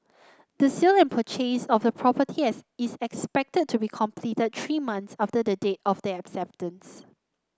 the sale and purchase of the property as is expected to be completed three months after the date of the acceptance